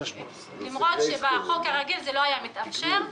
למרות שבחוק הרגיל זה לא היה מתאפשר.